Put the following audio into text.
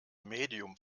medium